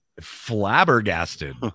Flabbergasted